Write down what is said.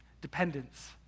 Dependence